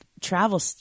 travel